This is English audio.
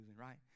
right